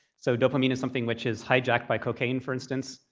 so dopamine is something which is hijacked by cocaine for instance,